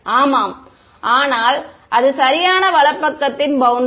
ஆமாம் ஆனால் இது சரியான வலப்பக்கத்தின் பௌண்டரி